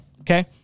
Okay